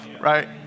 right